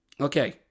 Okay